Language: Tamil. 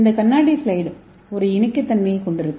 இந்த கண்ணாடி ஸ்லைடு ஒரு இணக்கத்தன்மையைக் கொண்டிருக்கும்